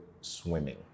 swimming